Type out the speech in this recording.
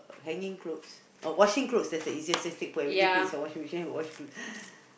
hanging clothes oh washing clothes that's the easiest just take put everything put inside washing machine and wash clothes